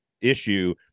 issue